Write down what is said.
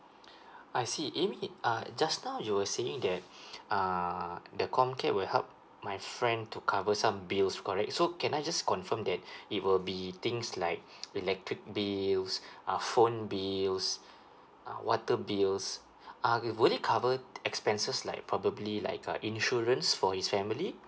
I see amy uh just now you were saying that uh the comcare will help my friend to cover some bills correct so can I just confirm that it will be things like electric bills uh phone bills uh water bills uh would it cover expenses like probably like a insurance for his family